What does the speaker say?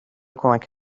کمک